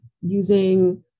using